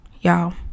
Y'all